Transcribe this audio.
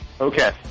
Okay